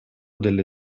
delle